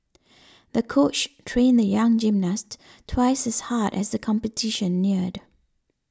the coach trained the young gymnast twice as hard as the competition neared